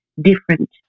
different